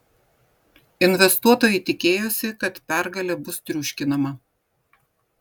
investuotojai tikėjosi kad pergalė bus triuškinama